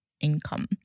income